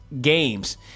games